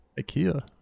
IKEA